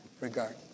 regard